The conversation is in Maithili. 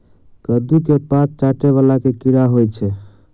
कद्दू केँ पात चाटय वला केँ कीड़ा होइ छै?